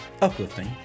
uplifting